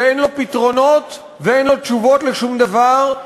שאין לו פתרונות ואין לו תשובות לשום דבר,